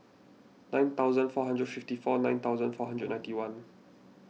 nine thousand four hundred and fifty four nine thousand four hundred and ninety one